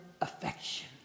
affection